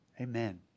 Amen